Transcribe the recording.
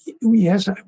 Yes